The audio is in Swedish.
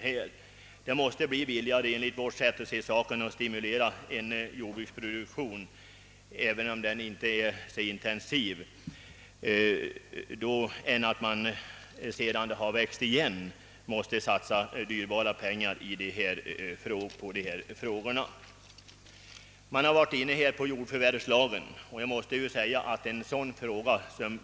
Enligt vårt sätt att se måste det bli billigare att stimulera jordbruksproduktionen, även om den inte är så intensiv, än att tvingas lägga ut dyra pengar sedan åkrarna vuxit igen. Jordförvärvslagen har också berörts i diskussionen.